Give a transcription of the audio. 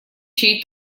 чей